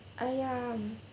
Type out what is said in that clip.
ayam